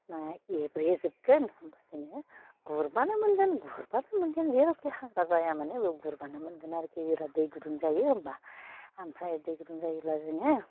नाया एब्रैजोबगोन ओमफ्राय जोङो गुरबानो मोनगोन गुरबानो मोनगोन जेरावखि हाग्रा जाया मानो बेयाव गुरबानो मोनगोन आरो जेला दै गुदुं जायो होमबा ओमफ्राय दै गुदुं जायोब्ला जोङो